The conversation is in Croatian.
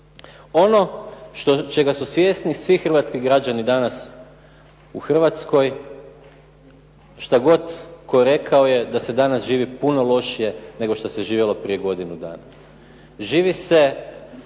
Ono čega su svjesni svi hrvatski građani danas u Hrvatskoj, šta god tko rekao, je da se danas živi puno lošije nego što se živjelo prije godinu dana. Živi se